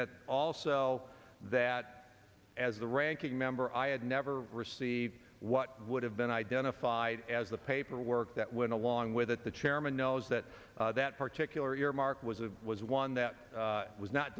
that also that as the ranking member i had never received what would have been identified as the paperwork that went along with it the chairman knows that that particular earmark was a was one that was not